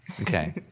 Okay